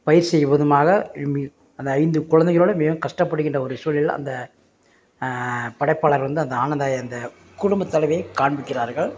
பயிர் செய்வதுமாக அந்த ஐந்து குழந்தைகளோட மிகவும் கஷ்டப்படுகின்ற ஒரு சூழலில் அந்த படைப்பாளர் வந்து அந்த ஆனந்தாயியை அந்த குடும்பத்தலைவியை காண்பிக்கிறார்கள்